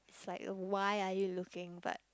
it's like why are you looking but